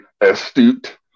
astute